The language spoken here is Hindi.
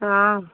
हाँ